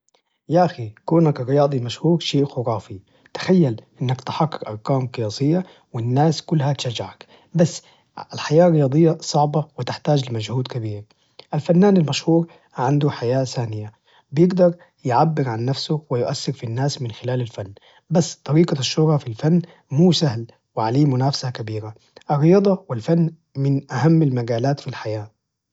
يا أخي كونك رياضي مشهور شيء خرافي، تخيل أنك تحقق أرقام قياسية، والناس كلها تشجعك، بس الحياة الرياضية صعبة وتحتاج لمجهود كبير، الفنان المشهور عنده حياة ثانية بيقدر يعبر عن نفسه ويؤثر في الناس من خلال الفن، بس طريقة الشهرة في الفن مو سهل، وعليه منافسة كبيرة، الرياضة والفن من أهم المجالات في الحياة.